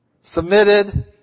submitted